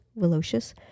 velocious